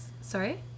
Sorry